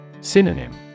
Synonym